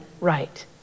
right